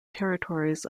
territories